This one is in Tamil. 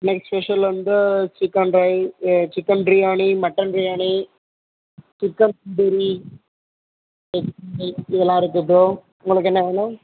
இன்னக்கு ஸ்பெஷல் வந்து chicken rice chicken biryani mutton biryani chicken tandoori இதெல்லாம் இருக்குது ப்ரோ உங்களுக்கு என்ன வேணும்